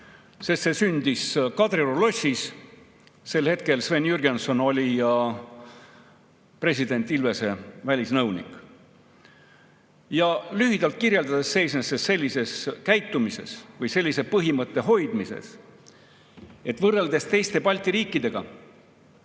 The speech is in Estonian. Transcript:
Sest see sündis Kadrioru lossis ajal, kui Sven Jürgenson oli president Ilvese välisnõunik. Lühidalt kirjeldades seisnes see sellises käitumises või sellise põhimõtte hoidmises, et võrreldes teiste Balti riikidega